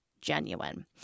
genuine